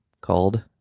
called